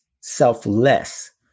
selfless